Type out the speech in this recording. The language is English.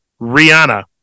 Rihanna